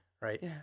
Right